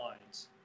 lines